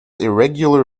irregular